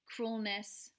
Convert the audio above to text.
cruelness